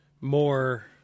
more